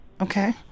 okay